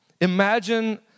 Imagine